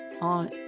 on